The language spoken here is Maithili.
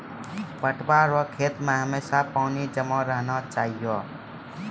पटुआ रो खेत मे हमेशा पानी जमा रहना चाहिऔ